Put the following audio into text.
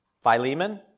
Philemon